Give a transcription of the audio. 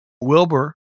Wilbur